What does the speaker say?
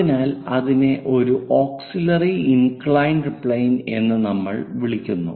അതിനാൽ അതിനെ ഒരു ഓക്സിലിയറി ഇന്കളഇൻഡ് പ്ലെയിൻ എന്ന് നമ്മൾ വിളിക്കുന്നു